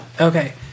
Okay